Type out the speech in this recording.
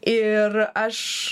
ir aš